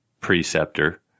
preceptor